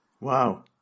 wow